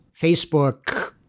Facebook